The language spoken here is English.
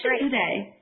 today